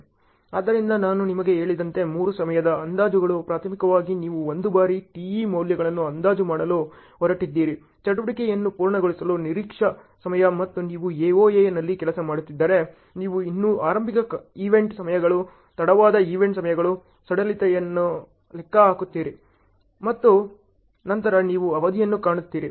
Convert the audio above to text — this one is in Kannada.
ಆದ್ದರಿಂದ ನಾನು ನಿಮಗೆ ಹೇಳಿದಂತೆ 3 ಸಮಯದ ಅಂದಾಜುಗಳು ಪ್ರಾಥಮಿಕವಾಗಿ ನೀವು ಒಂದು ಬಾರಿ te ಮೌಲ್ಯಗಳನ್ನು ಅಂದಾಜು ಮಾಡಲು ಹೊರಟಿದ್ದೀರಿ ಚಟುವಟಿಕೆಯನ್ನು ಪೂರ್ಣಗೊಳಿಸಲು ನಿರೀಕ್ಷಿತ ಸಮಯ ಮತ್ತು ನೀವು AoA ನಲ್ಲಿ ಕೆಲಸ ಮಾಡುತ್ತಿದ್ದರೆ ನೀವು ಇನ್ನೂ ಆರಂಭಿಕ ಈವೆಂಟ್ ಸಮಯಗಳು ತಡವಾದ ಈವೆಂಟ್ ಸಮಯಗಳು ಸಡಿಲತೆಯನ್ನು ಲೆಕ್ಕ ಹಾಕುತ್ತೀರಿ ಮತ್ತು ನಂತರ ನೀವು ಅವಧಿಯನ್ನು ಕಾಣುತ್ತೀರಿ